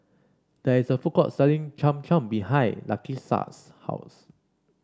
there is a food court selling Cham Cham behind Lakisha's house